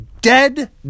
dead